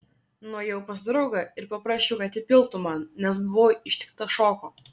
nuėjau pas draugą ir paprašiau kad įpiltų man nes buvau ištiktas šoko